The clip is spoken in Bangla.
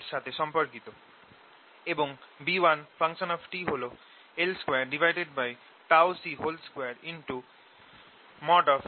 এর সাথে সম্পর্কিত এবং B1 হল l2τC2